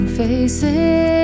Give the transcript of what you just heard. faces